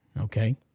Okay